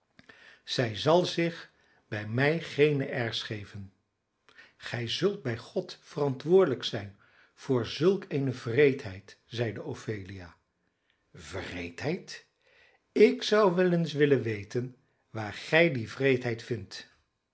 zij zal zich bij mij geene airs geven gij zult bij god verantwoordelijk zijn voor zulk eene wreedheid zeide ophelia wreedheid ik zou wel eens willen weten waar gij die wreedheid vindt